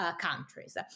countries